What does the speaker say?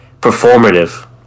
performative